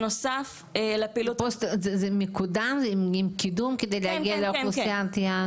הפוסט עם קידום כדי להגיע לאוכלוסיות יעד?